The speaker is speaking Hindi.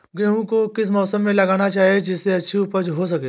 गेहूँ को किस मौसम में लगाना चाहिए जिससे अच्छी उपज हो सके?